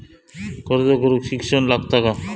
अर्ज करूक शिक्षण लागता काय?